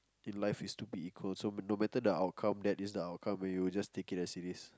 in life is to be equal so no matter the outcome that is the outcome where you just take it as it is